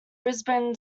brisbane